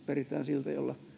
perintään siltä jolla